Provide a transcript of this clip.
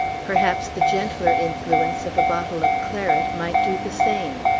perhaps the gentler influence of a bottle of claret might do the same.